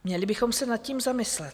Měli bychom se nad tím zamyslet.